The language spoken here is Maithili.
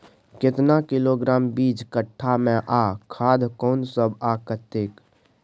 केतना किलोग्राम बीज कट्ठा मे आ खाद कोन सब आ कतेक?